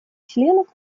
членов